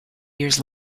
years